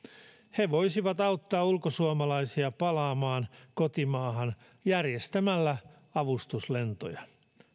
he voisivat auttaa ulkosuomalaisia palaamaan kotimaahan järjestämällä avustuslentoja